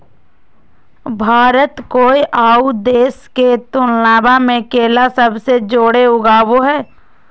भारत कोय आउ देश के तुलनबा में केला सबसे जाड़े उगाबो हइ